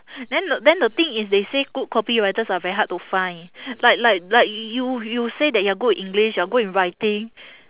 then the then the thing is they say good copywriters are very hard to find like like like you you say that you are good in english you are good in writing